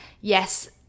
yes